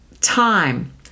time